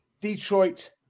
Detroit